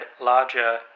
larger